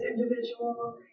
individual